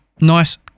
nice